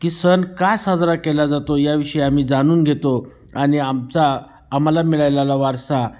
की सण का साजरा केला जातो याविषयी आम्ही जाणून घेतो आणि आमचा आम्हाला मिळालेला वारसा